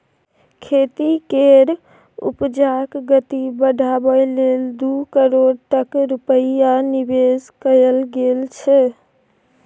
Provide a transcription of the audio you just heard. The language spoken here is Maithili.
खेती केर उपजाक गति बढ़ाबै लेल दू करोड़ तक रूपैया निबेश कएल गेल छै